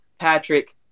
Patrick